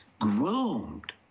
groomed